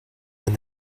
and